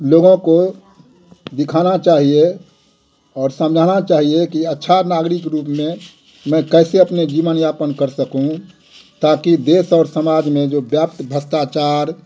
लोगों को दिखाना चाहिए और समझाना चाहिए कि अच्छा नागरिक रुप में मैं कैसे अपने जीवन यापन कर सकूँ ताकि देश और समाज में जो व्याप्त भ्रष्टाचार